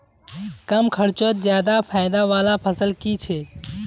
कम खर्चोत ज्यादा फायदा वाला फसल की छे?